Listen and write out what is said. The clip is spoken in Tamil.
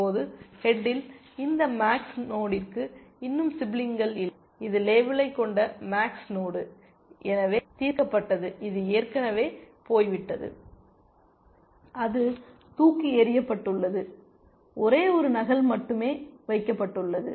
இப்போது ஹெட்டில் இந்த மேக்ஸ் நோடிற்கு இன்னும் சிப்லிங்கள் இல்லை இது லேபிளை கொண்ட மேக்ஸ் நோடு எனவே தீர்க்கப்பட்டது இது ஏற்கனவே போய்விட்டது அது தூக்கி எறியப்பட்டுள்ளது ஒரே ஒரு நகல் மட்டுமே வைக்கப்பட்டுள்ளது